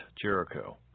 Jericho